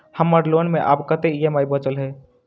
हम्मर लोन मे आब कैत ई.एम.आई बचल ह?